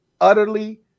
utterly